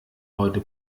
heute